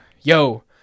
yo